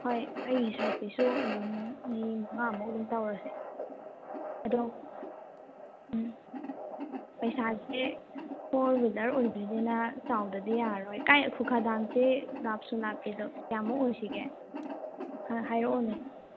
ꯍꯣꯏ ꯑꯩ ꯁꯥꯏꯗꯇꯩꯁꯨ ꯑꯗꯨꯝ ꯃꯤ ꯃꯉꯥꯃꯨꯛ ꯑꯗꯨꯝ ꯇꯧꯔꯁꯦ ꯑꯗꯣ ꯎꯝ ꯄꯩꯁꯥꯁꯦ ꯐꯣꯔ ꯋꯤꯜꯂꯔ ꯑꯣꯏꯗꯣꯏꯅꯤꯅ ꯆꯥꯎꯗ꯭ꯔꯗꯤ ꯌꯥꯔꯔꯣꯏ ꯀꯥꯏꯗ ꯈꯨꯒꯥ ꯗꯥꯝꯁꯦ ꯂꯥꯞꯁꯨ ꯂꯥꯞꯄꯦ ꯑꯗꯣ ꯀꯌꯥꯃꯨꯛ ꯑꯣꯏꯁꯤꯒꯦ ꯈꯔ ꯍꯥꯏꯔꯛꯑꯣꯅꯦ